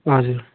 हजुर